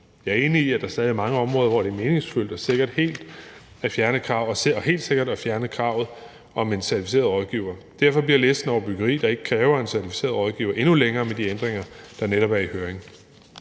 Jeg er enig i, at der stadig er mange områder, hvor det er meningsfyldt og helt sikkert at fjerne kravet om en certificeret rådgiver. Derfor bliver listen over byggeri, der ikke kræver en certificeret rådgiver, endnu længere med de ændringer, der netop er sendt i høring.